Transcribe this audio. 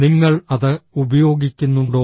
നിങ്ങൾ അത് ഉപയോഗിക്കുന്നുണ്ടോ